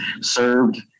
served